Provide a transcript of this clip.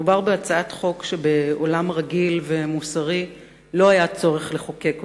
מדובר בהצעת חוק שבעולם רגיל ומוסרי לא היה צורך לחוקק אותה.